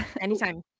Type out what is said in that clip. Anytime